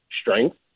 strength